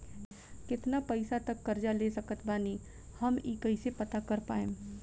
केतना पैसा तक कर्जा ले सकत बानी हम ई कइसे पता कर पाएम?